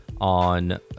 on